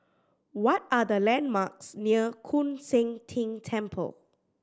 what are the landmarks near Koon Seng Ting Temple